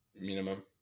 minimum